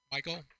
Michael